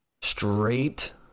Straight